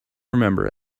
remember